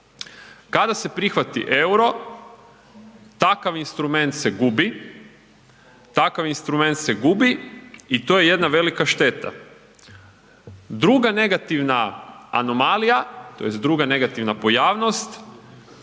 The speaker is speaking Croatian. takav instrument se gubi, takav instrument se gubi i to je jedna velika šteta. Druga negativna anomalija, tj. druga negativna pojavnost